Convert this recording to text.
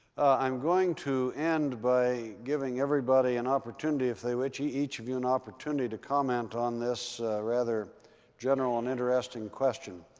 i'm going to end by giving everybody an opportunity if they wish each of you an opportunity to comment on this rather general and interesting question.